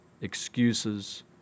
excuses